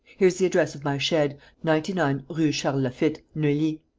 here's the address of my shed ninety nine, rue charles-lafitte, neuilly.